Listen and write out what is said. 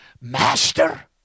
Master